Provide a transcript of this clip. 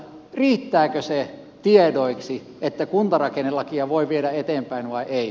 riittääkö se tiedoiksi että kuntarakennelakia voi viedä eteenpäin vai ei